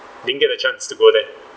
didn't get a chance to go there